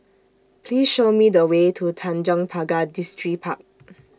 Please Show Me The Way to Tanjong Pagar Distripark